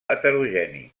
heterogeni